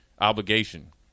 obligation